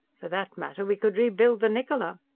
for that matter, we could rebuild the niccola!